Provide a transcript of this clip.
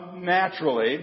naturally